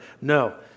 No